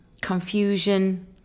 confusion